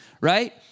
right